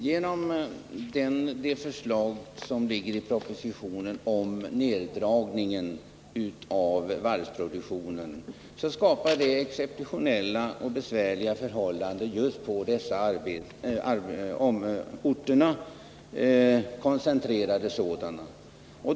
Herr talman! Förslaget i propositionen om en neddragning av varvsproduktionen skapar exceptionella och besvärliga förhållanden som är koncentrerade till dessa orter.